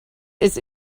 its